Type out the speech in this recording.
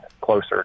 closer